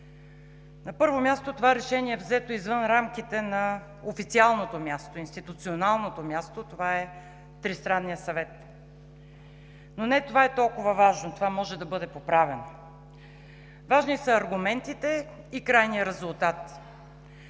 На първо място, това решение е взето извън рамките на официалното място, институционалното място и това е Тристранният съвет. Но не това е толкова важно – това може да бъде поправено, важни са аргументите и крайният резултат.